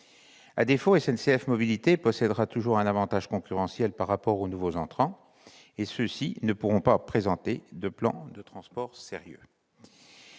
À défaut, SNCF Mobilités possèdera toujours un avantage concurrentiel par rapport aux nouveaux entrants et ceux-ci ne pourront pas présenter de plan de transport sérieux.